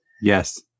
Yes